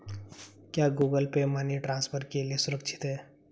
क्या Google Pay money transfer के लिए सुरक्षित है?